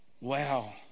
wow